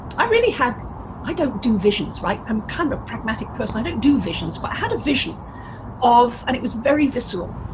i really had i don't do visions right, i'm kind of pragmatic person, i don't do visions but i had a vision of, and it was very visceral,